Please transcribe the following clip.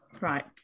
right